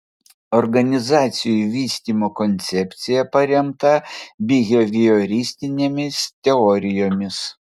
organizacijų vystymo koncepcija paremta bihevioristinėmis teorijomis